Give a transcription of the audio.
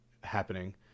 happening